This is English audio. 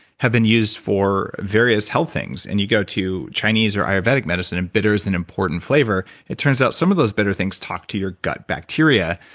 have been used for various health things and you go to chinese or ayurvedic medicine and bitter's an important flavor. it turns out some of those bitter things talk to your gut bacteria,